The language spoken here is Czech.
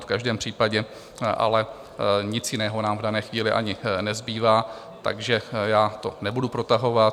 V každém případě ale nic jiného nám v dané chvíli ani nezbývá, takže já to nebudu protahovat.